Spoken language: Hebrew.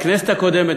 בכנסת הקודמת